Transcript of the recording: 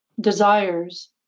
desires